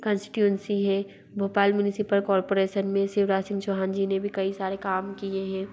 constituency है Bhopal municipal corporation में शिवराज सिंग चौहान जी ने भी कई सारे काम किए हैं